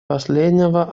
последнего